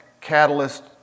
catalyst